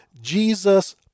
Jesus